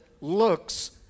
looks